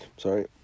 Sorry